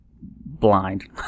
blind